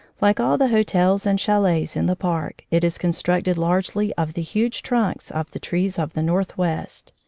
like all the hotels and chalets in the park, it is constructed largely of the huge trunks of the trees of the north west.